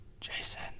Jason